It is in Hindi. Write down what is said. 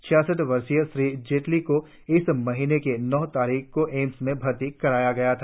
छियासठ वर्षीय श्री जेटली को इस महीने की नौ तारीख को एम्स में भर्ती कराया गया था